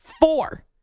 four